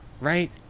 right